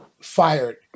fired